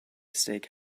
steak